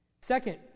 Second